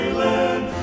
land